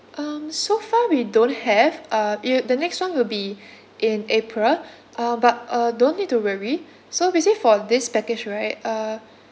um so far we don't have uh i~ the next one will be in april uh but uh don't need to worry so basically for this package right uh